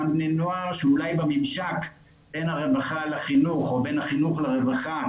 אותם בני נוער שאולי בממשק בין הרווחה לחינוך או בין החינוך לרווחה